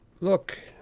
Look